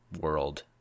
world